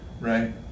right